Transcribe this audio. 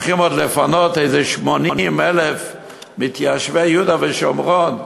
שהולכים לפנות 80,000 מתיישבי יהודה ושומרון,